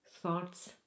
thoughts